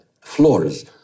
floors